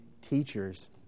teachers